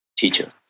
Teacher